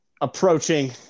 approaching